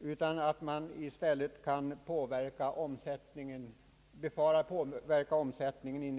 utan i stället kan medföra en negativ påverkan på omsättningen.